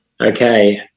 okay